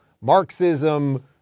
Marxism